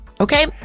Okay